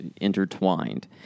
intertwined